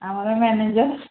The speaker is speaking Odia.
ଆମର ମ୍ୟାନେଜର